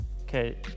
Okay